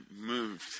moved